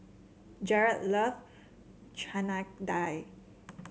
Jerrod love Chana Dal